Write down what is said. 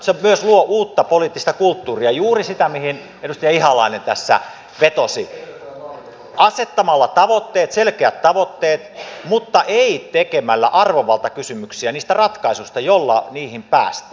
se myös luo uutta poliittista kulttuuria juuri sitä mihin edustaja ihalainen tässä vetosi asettamalla tavoitteet selkeät tavoitteet mutta ei tekemällä arvovaltakysymyksiä niistä ratkaisuista joilla niihin päästään